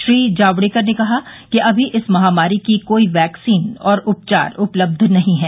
श्री जावडेकर ने कहा कि अभी इस महामारी की कोई वैकसीन और उपचार उपलब्ध नहीं है